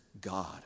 God